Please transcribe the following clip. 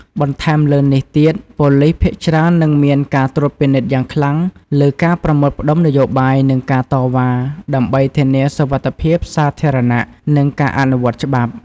បន្ថែមលើនេះទៀត ប៉ូលីសភាគច្រើននឹងមានការត្រួតពិនិត្យយ៉ាងខ្លាំងលើការប្រមូលផ្តុំនយោបាយ និងការតវ៉ា ដើម្បីធានាសុវត្ថិភាពសាធារណៈ និងការអនុវត្តច្បាប់។